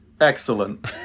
Excellent